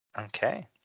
Okay